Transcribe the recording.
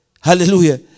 Hallelujah